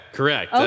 Correct